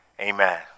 Amen